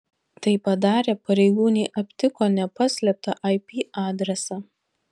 tai padarę pareigūnai aptiko nepaslėptą ip adresą